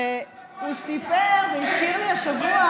הוא סיפר והזכיר לי השבוע,